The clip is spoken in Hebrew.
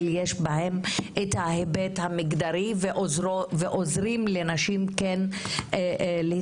יש בהם את ההיבט המגדרי ועוזרים לנשים להתפתח.